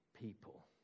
people